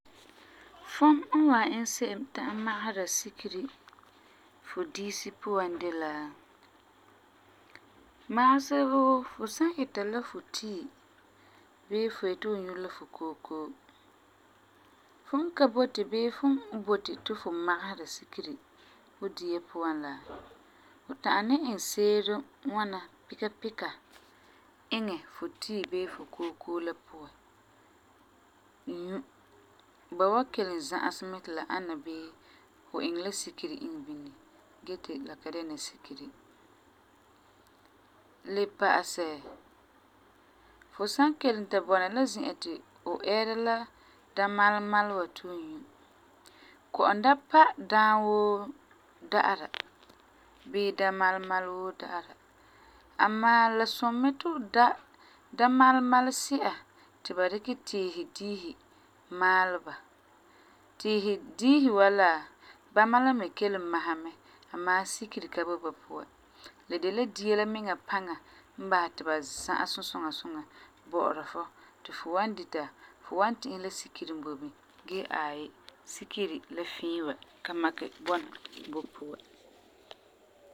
Fum n wan iŋɛ se'em ta'am magesera sikeri fu diisi puan de la, magesɛ wuu fu san ita la fu tii bii fu yeti fu nyu la fu kookoo. Fum n ka boti bii fum n boti ti fu magesera sikeri fu dia puan la, fu ta'am ni iŋɛ seerum ŋwana pika pika iŋɛ fu tii bii fu kookoo la puan nyu. Ba wan kelum za'asum mɛ ti la ana bii fu iŋɛ la sikeri iŋɛ bini la gee ti la ka dɛna sikeri. Le pa'asɛ, fu san ta kelum bɔna la zi'an ti fu ɛɛra la dãmalemali wa ti fu nyu, kɔ'ɔm da pa daam woo da'ara bii dãmalemali woo da'ara. Amaa, la sum mɛ ti fu da dãmalemali si'a ti ba dikɛ tiisi diisi maalɛ ba. Tiisi diisi wa la, bãma ka me kelum masa mɛ gee sikeri ka boi ba puan. La de la dia la miŋa paŋa n basɛ ti ba za'asum suŋa suŋa bɔ'ɔra fu ti fu wan dita, fu wan ti'isɛ la sikeri n boi bini gee aai sikeri la fii wa ka makɛ bɔna bu puan.